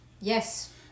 Yes